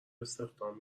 استخدام